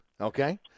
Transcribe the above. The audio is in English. okay